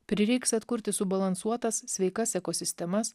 prireiks atkurti subalansuotas sveikas ekosistemas